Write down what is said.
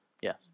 Yes